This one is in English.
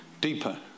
Deeper